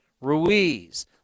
Ruiz